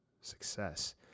success